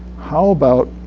how about